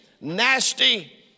nasty